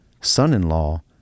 son-in-law